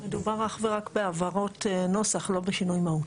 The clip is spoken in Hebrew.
מדובר אך ורק בהבהרות נוסח, לא בשינוי מהות.